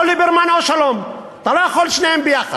או ליברמן או שלום, אתה לא יכול שניהם יחד.